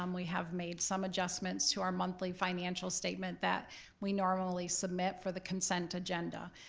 um we have made some adjustments to our monthly financial statement that we normally submit for the consent agenda.